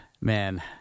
man